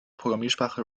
programmiersprache